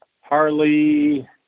harley